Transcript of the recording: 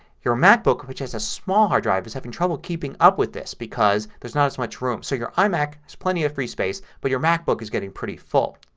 your macbook, which has a smaller hard drive, is having trouble keeping up with this because there's not as much room. so your imac plenty of free space but your macbook is getting pretty full.